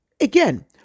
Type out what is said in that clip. again